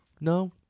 No